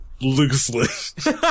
loosely